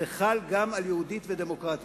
זה חל גם, על יהודית ודמוקרטית.